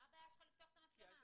מה הבעיה שלך לפתוח את המצלמה?